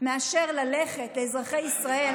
מאשר ללכת אזרחי ישראל.